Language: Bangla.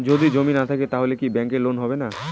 যদি জমি না থাকে তাহলে কি ব্যাংক লোন হবে না?